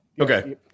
Okay